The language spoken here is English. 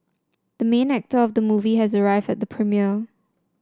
the main actor of the movie has arrived at the premiere